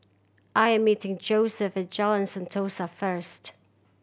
I'm meeting Joesph Jalan Sentosa first